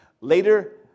Later